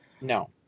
No